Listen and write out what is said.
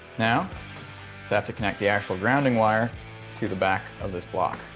now so have to connect the actual grounding wire to the back of this block.